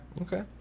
okay